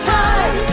time